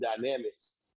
dynamics